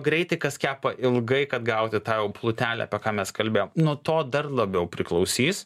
greitai kas kepa ilgai kad gauti tą jau plutelę apie ką mes kalbėjom nuo to dar labiau priklausys